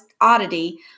Oddity